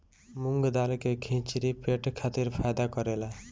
मूंग दाल के खिचड़ी पेट खातिर फायदा करेला